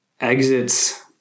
exits